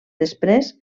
després